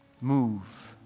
move